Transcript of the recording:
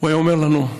הוא היה אומר לנו: